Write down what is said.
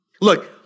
Look